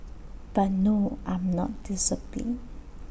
but no I'm not disciplined